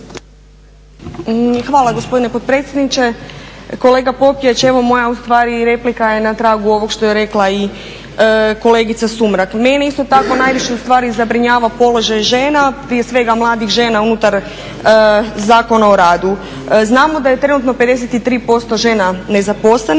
Hvala gospodine potpredsjedniče. Kolega Popijač, evo moja ustvari replika je na tragu ovog što je rekla i kolegica Sumrak. Mene isto tako ustvari najviše zabrinjava položaj žena, prije svega mladih žena unutar Zakona o radu. Znamo da je trenutno 53% žena nezaposlenih,